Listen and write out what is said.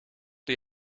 die